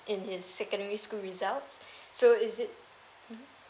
in his secondary school results so is it mmhmm